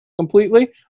completely